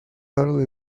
early